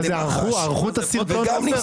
ערכו את הסרטון הזה?